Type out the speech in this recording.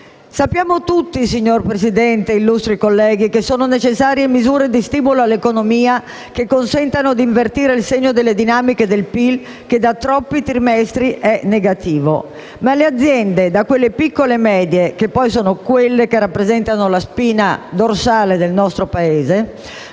Sappiamo tutti, signor Presidente, illustri colleghi, che sono necessarie misure di stimolo all'economia che consentano di invertire il segno della dinamica del PIL, che da troppi trimestri è negativo. Ma le aziende - da quelle piccole e medie, che poi sono quelle che rappresentano la spina dorsale dell'economia del